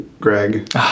Greg